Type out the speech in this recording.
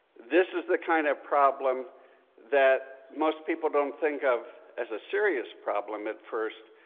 this is the kind of problem that most people don't think of as a serious problem at first,